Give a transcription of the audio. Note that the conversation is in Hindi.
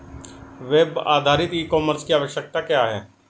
वेब आधारित ई कॉमर्स की आवश्यकता क्या है?